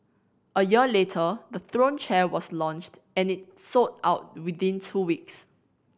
a year later the Throne chair was launched and it sold out within two weeks